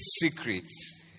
Secrets